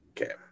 okay